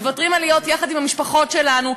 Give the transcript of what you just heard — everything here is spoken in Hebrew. מוותרים על להיות יחד עם המשפחות שלנו,